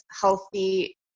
healthy